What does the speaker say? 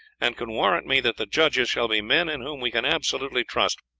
and can warrant me that the judges shall be men in whom we can absolutely trust,